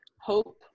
hope